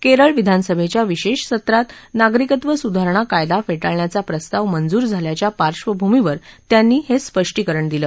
केरळ विधानसभेच्या विशेष सत्रात नागरिकत्व सुधारणा कायदा फेटाळण्याचा प्रस्ताव मंजूर झाल्याच्या पार्बभूमीवर त्यांनी हे स्पष्टीकरण दिलं